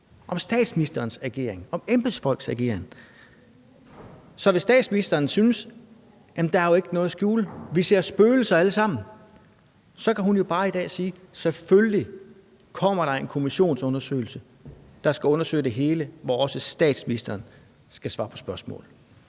om statsministerens ageren, om embedsfolks ageren. Så hvis statsministeren synes, at der ikke er noget at skjule og vi ser spøgelser alle sammen, så kan hun jo bare i dag sige: Selvfølgelig kommer der en kommissionsundersøgelse, der skal undersøge det hele, hvor også statsministeren skal svare på spørgsmål.